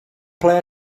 play